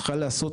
צריכה להיעשות,